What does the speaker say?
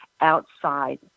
outside